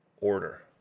order